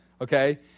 okay